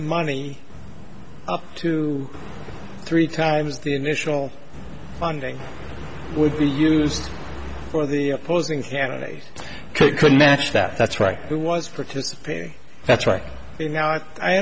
money up to three times the initial funding would be used for the opposing candidate couldn't match that that's right who was participating that's right now i